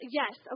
yes